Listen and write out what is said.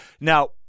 Now